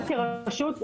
כרשות,